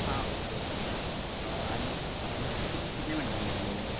हा okay okay आनीक अशें कितले मिनटांनी जातलें